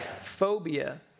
phobia